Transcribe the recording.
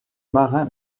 marin